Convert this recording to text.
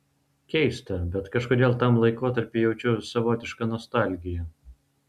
keista bet kažkodėl tam laikotarpiui jaučiu savotišką nostalgiją